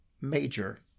major